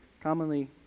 Commonly